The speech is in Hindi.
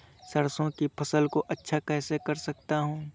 सरसो की फसल को अच्छा कैसे कर सकता हूँ?